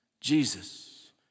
Jesus